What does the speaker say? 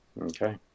Okay